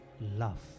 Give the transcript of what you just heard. love